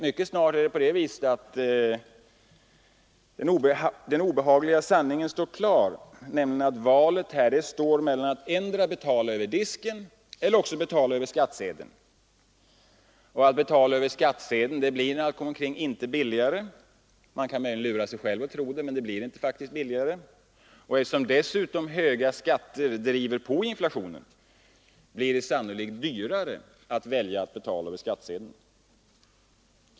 Mycket snart är nämligen den obehagliga sanningen klar, att valet står mellan att betala endera över disken eller över skattsedeln. Och att betala över skattsedeln blir när allt kommer omkring inte billigare — man kan möjligen lura sig själv att tro det, men det blir faktiskt inte billigare. Eftersom höga skatter dessutom driver på inflationen blir det sannolikt dyrare att välja att betala över skattsedeln.